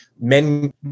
men